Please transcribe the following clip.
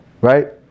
right